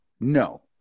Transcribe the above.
No